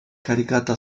caricata